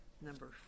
number